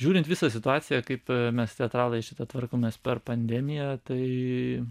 žiūrint visą situaciją kaip mes teatralai šitą tvarkomės per pandemiją tai